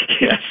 Yes